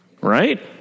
right